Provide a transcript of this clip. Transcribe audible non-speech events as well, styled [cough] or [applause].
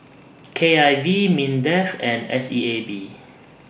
[noise] K I V Mindef and S E A B